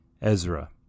Ezra